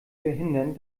verhindern